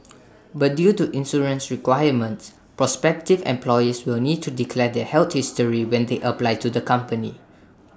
but due to insurance requirements prospective employees will need to declare their health history when they apply to the company